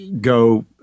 go